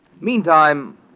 Meantime